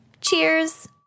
Cheers